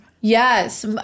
Yes